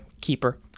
keeper